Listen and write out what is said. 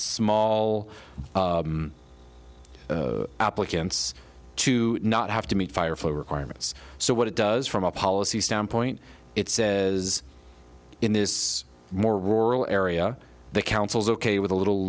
small applicants to not have to meet fire for requirements so what it does from a policy standpoint it says in this more rural area the council's ok with a little